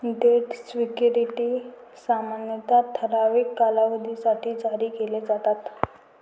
date securities सामान्यतः ठराविक कालावधीसाठी जारी केले जातात